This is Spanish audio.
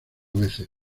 veces